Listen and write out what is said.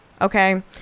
Okay